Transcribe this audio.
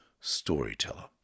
Storyteller